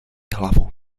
hlavu